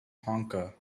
honker